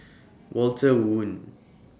Walter Woon